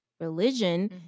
religion